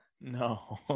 No